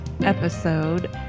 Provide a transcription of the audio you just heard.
episode